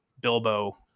Bilbo